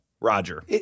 Roger